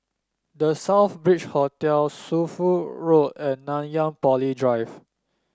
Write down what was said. The Southbridge Hotel Shunfu Road and Nanyang Poly Drive